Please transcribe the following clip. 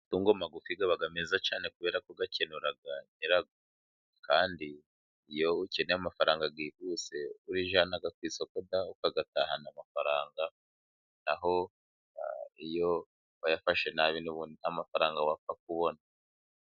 Amatungo magufi aba meza cyane, kubera ko akenura nyirayo, kandi iyo ukeneye amafaranga byihuse, urijyana ku isoko ugatahana amafaranga, na ho iyo wayafashe nabi n'ubundi nta mafaranga wapfa kubona.